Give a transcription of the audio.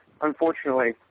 unfortunately